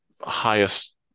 highest